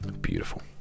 Beautiful